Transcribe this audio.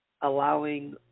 Allowing